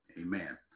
amen